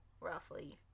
roughly